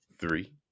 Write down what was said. Three